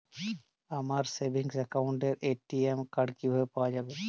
আমার সেভিংস অ্যাকাউন্টের ATM card কিভাবে পাওয়া যাবে?